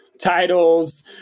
titles